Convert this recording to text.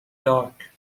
dark